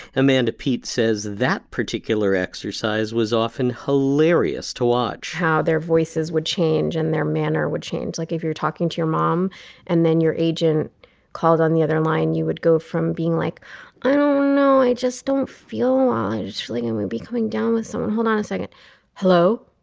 amanda peet says that particular exercise was often hilarious to watch how their voices would change and their manner would change like if you're talking to your mom and then your agent calls on the other line you would go from being like oh no i just don't feel like feeling and would be coming down with someone. hold on a second hello.